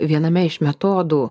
viename iš metodų